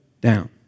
down